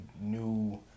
new